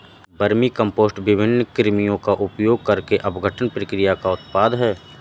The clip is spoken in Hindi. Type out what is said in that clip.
वर्मीकम्पोस्ट विभिन्न कृमियों का उपयोग करके अपघटन प्रक्रिया का उत्पाद है